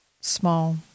small